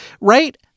Right